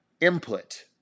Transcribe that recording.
input